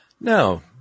No